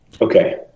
Okay